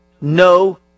no